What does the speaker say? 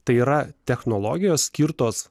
tai yra technologijos skirtos